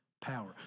power